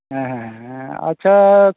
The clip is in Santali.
ᱦᱮᱸ ᱦᱮᱸ ᱦᱮᱸ ᱟᱪᱪᱷᱟ